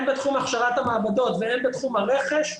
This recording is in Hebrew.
הן בתחום הכשרת המעבדות והן בתחום הרכש,